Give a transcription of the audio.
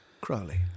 Crowley